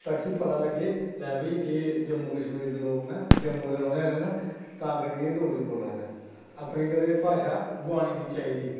ताकि पता लगे जम्मू कश्मीर दे जेह्ड़े लोग न जम्मू कश्मीर दे रौंह्नें आहलें न तां करियै एह् डोगरी बोल्ला दे न अपनी कदें भाशा गुआनी निं चाहिदी